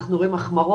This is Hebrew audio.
אנחנו רואים החמרות,